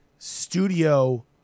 studio